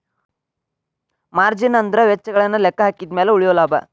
margin ಅಂದ್ರ ವೆಚ್ಚಗಳನ್ನ ಲೆಕ್ಕಹಾಕಿದ ಮ್ಯಾಲೆ ಉಳಿಯೊ ಲಾಭ